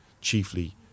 chiefly